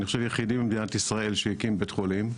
אני חושב יחידי במדינת ישראל שהקים בית חולים,